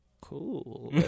cool